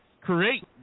create